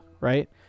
right